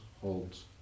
holds